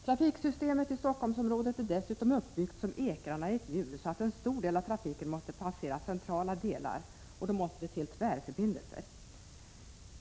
Trafiksystemet i Stockholmsområdet är dessutom uppbyggt som ekrarna i ett hjul, varför en stor del av trafiken måste passera centrala delar. Tvärförbindelser måste därför till.